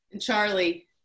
charlie